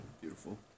Beautiful